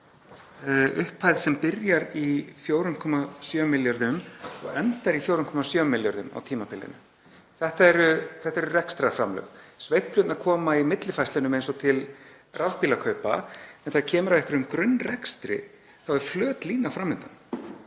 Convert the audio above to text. upphæð sem byrjar í 4,7 milljörðum og endar í 4,7 milljörðum á tímabilinu. Þetta eru rekstrarframlög. Sveiflurnar koma í millifærslunum eins og til rafbílakaupa. En þegar kemur að einhverjum grunnrekstri þá er flöt lína fram undan.